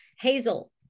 Hazel